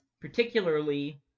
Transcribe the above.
Particularly